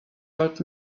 old